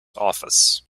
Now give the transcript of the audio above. office